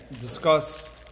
discuss